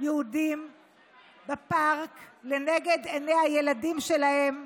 יהודים בפארק לנגד עיני הילדים שלהם.